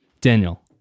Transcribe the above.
Daniel